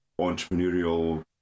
entrepreneurial